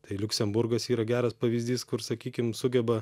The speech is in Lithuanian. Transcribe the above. tai liuksemburgas yra geras pavyzdys kur sakykim sugeba